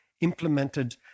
implemented